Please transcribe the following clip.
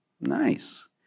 Nice